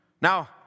Now